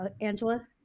Angela